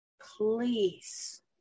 please